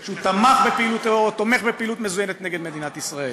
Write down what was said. שהוא תמך בפעילות או תומך בפעילות מזוינת נגד מדינת ישראל.